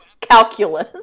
Calculus